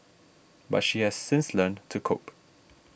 but she has since learnt to cope